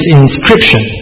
inscription